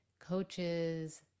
coaches